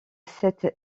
cette